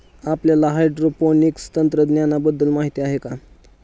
आपल्याला हायड्रोपोनिक्स तंत्रज्ञानाबद्दल माहिती आहे का?